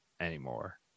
anymore